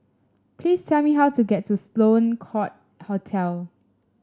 please tell me how to get to Sloane Court Hotel